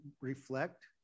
reflect